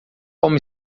como